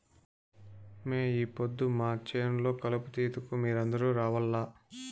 మే ఈ పొద్దు మా చేను లో కలుపు తీతకు మీరందరూ రావాల్లా